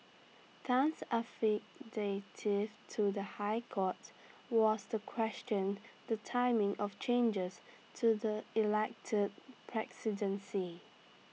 Tan's to the High Court was to question the timing of changes to the elected presidency